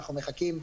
אנחנו מחכים,